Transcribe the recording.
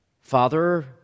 father